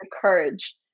courage